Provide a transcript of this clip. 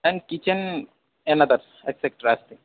and kitchen and others et cetera अस्ति